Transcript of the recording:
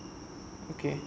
okay